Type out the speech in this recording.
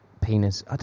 penis